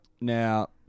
Now